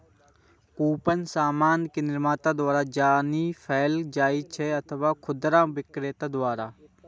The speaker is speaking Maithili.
कूपन सामान के निर्माता द्वारा जारी कैल जाइ छै अथवा खुदरा बिक्रेता द्वारा